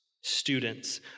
students